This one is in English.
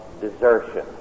desertion